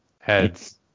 heads